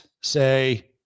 say